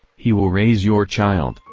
he will raise your child,